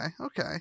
Okay